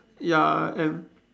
ya and